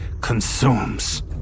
consumes